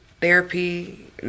therapy